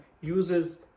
uses